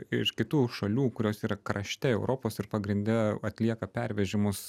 iš kitų šalių kurios yra krašte europos ir pagrinde atlieka pervežimus